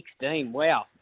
wow